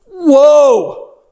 Whoa